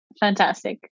fantastic